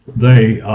they